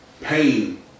pain